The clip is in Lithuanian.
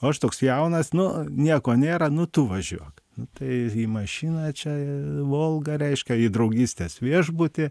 o aš toks jaunas nu nieko nėra nu tu važiuok tai į mašiną čia volga reiškia į draugystės viešbutį